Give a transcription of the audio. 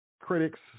Critics